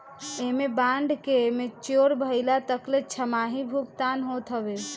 एमे बांड के मेच्योर भइला तकले छमाही भुगतान होत हवे